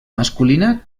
masculina